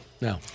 No